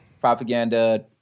Propaganda